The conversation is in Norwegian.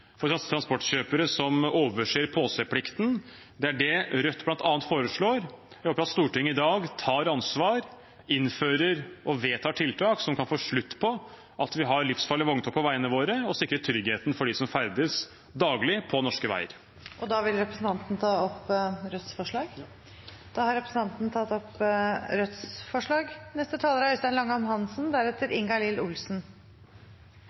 svir for transportkjøpere som overser påseplikten. Det er det Rødt bl.a. foreslår. Vi håper at Stortinget i dag tar ansvar, innfører og vedtar tiltak som kan få slutt på at vi har livsfarlige vogntog på veiene våre, og sikrer tryggheten for dem som ferdes daglig på norske veier. Vil representanten ta opp Rødts forslag? Ja. Representanten Bjørnar Moxnes har tatt opp